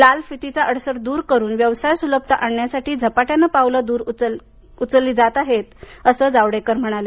लाल फितीचा अडसार दूर करून व्यवसाय सुलभता आणण्यासाठी झपाट्यानं पावलं उचलली जात आहेत असं जावडेकर म्हणाले